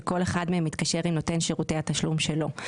ושכל אחד מהם מתקשר עם נותן שירותי התשלום שלו.